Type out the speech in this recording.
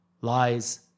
Lies